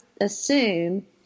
assume